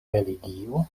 religio